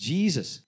Jesus